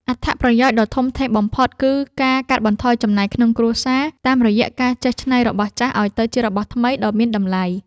អត្ថប្រយោជន៍ដ៏ធំធេងបំផុតគឺការកាត់បន្ថយចំណាយក្នុងគ្រួសារ តាមរយៈការចេះច្នៃរបស់ចាស់ឱ្យទៅជារបស់ថ្មីដ៏មានតម្លៃ។